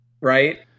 right